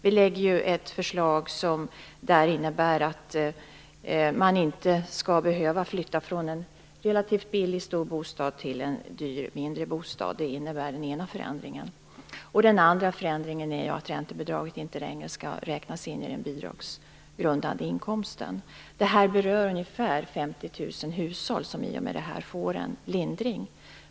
Vi lägger fram ett förslag som för det första innebär att man inte skall behöva flytta från en relativt billig stor bostad till en dyr mindre bostad. För det andra skall räntebidraget inte längre räknas in i den bidragsgrundande inkomsten. Det är ungefär 50 000 hushåll som i och med det här får en lindring.